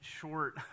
short